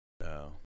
No